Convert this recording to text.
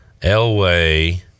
Elway